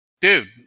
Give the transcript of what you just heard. dude